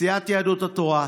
סיעת יהדות התורה,